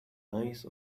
eyes